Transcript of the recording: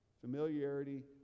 Familiarity